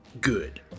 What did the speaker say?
good